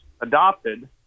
adopted